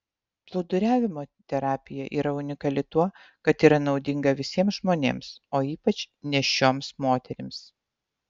plūduriavimo terapija yra unikali tuo kad yra naudinga visiems žmonėms o ypač nėščioms moterims